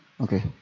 Okay